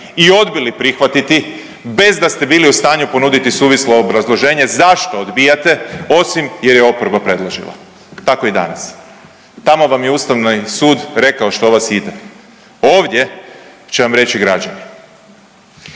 i odbili prihvatiti bez da ste bili u stanju ponuditi suvislo obrazloženje zašto odbijate osim jer je oporba predložila, tako i danas. Tamo vam je Ustavni sud rekao što vas ide, ovdje će vam reći građani.